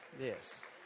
Yes